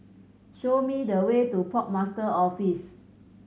show me the way to Port Master's Office